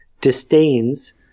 disdains